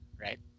right